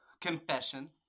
confession